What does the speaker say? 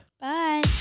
Bye